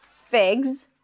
Figs